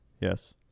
Yes